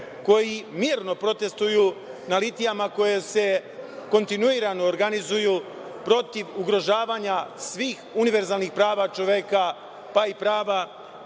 koji mirno protestuju na litijama koje se kontinuirano organizuju protiv ugrožavanja svih univerzalnih prava čoveka, pa i prava na